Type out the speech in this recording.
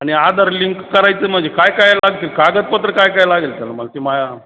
आणि आधार लिंक करायचं म्हणजे काय काय लागतील कागदपत्र काय काय लागेल तर मला ती मा